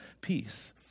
peace